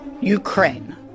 Ukraine